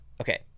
Okay